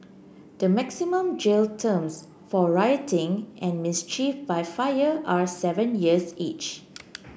the maximum jail terms for rioting and mischief by fire are seven years each